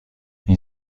این